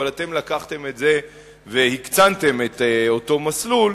אבל אתם לקחתם את זה והקצנתם את אותו מסלול,